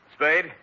Spade